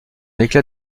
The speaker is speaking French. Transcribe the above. éclat